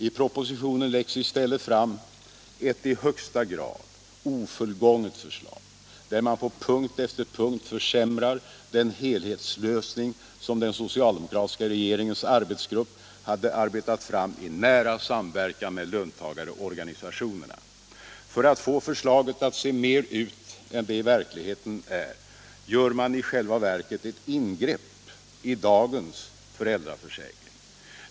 I propositionen läggs i stället - Nr 133 fram ett i högsta grad ofullgånget förslag, där man på punkt efter punkt Tisdagen den försämrar den helhetslösning som den socialdemokratiska regeringens 17 maj 1977 arbetsgrupp hade arbetat fram i nära samverkan med löntagarorganisa= = tionerna. För att få förslaget att se mer ut än det i verkligheten är gör = Föräldraförsäkringman i själva verket ett ingrepp i dagens föräldraförsäkring.